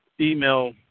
email